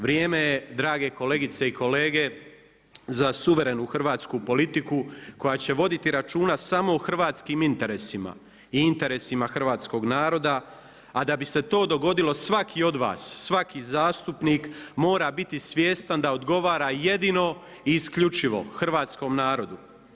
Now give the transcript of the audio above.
Vrijeme je drage kolegice i kolege za suverenu hrvatsku politiku koja će voditi računa samo o hrvatskim interesima i interesima hrvatskog naroda, a da bi se to dogodilo svaki od vas, svaki zastupnik mora biti svjestan da odgovara jedino i isključivo hrvatskom narodu.